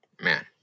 Man